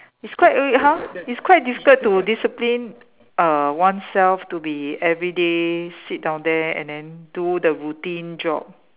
it's quite red !huh! it's quite difficult to discipline uh oneself to be everyday sit down there and then do the routine job